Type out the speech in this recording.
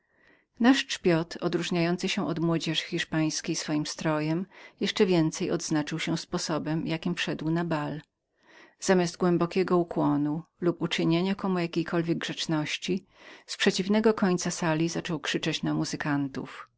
nasz trzpiot odróżniający się od młodzieży hiszpańskiej swoim strojem jeszcze więcej odznaczył się sposobem jakim wszedł na bal zamiast głębokiego ukłonu lub uczynienia komu jakiejkolwiek grzeczności z przeciwnego końcu sali zaczął krzyczeć na muzykantów